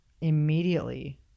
Immediately